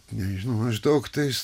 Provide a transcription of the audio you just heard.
nežinau maždaug tais